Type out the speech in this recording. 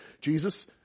Jesus